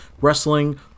wrestling